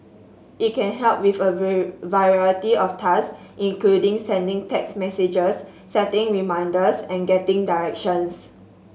it can help with a very variety of tasks including sending text messages setting reminders and getting directions